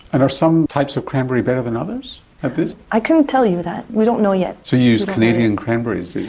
and are some types of cranberry better than others at this? i couldn't tell you that, we don't know yet. so you used canadian cranberries, did you?